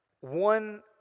one